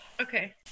Okay